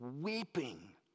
weeping